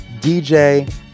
DJ